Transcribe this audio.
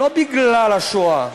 לא בגלל השואה.